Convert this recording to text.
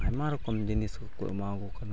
ᱟᱭᱢᱟ ᱨᱚᱠᱚᱢ ᱡᱤᱱᱤᱥ ᱠᱚᱠᱚ ᱮᱢᱟᱣ ᱠᱚ ᱠᱟᱱᱟ